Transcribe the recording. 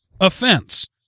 offense